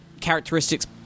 characteristics